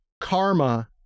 karma